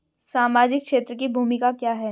सामाजिक क्षेत्र की भूमिका क्या है?